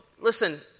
listen